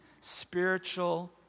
spiritual